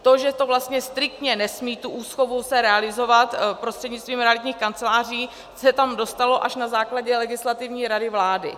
To, že vlastně striktně nesmí úschovu realizovat prostřednictvím realitních kanceláří, se tam dostalo až na základě Legislativní rady vlády.